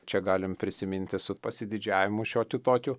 čia galim prisiminti su pasididžiavimu šiokiu tokiu